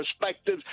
perspective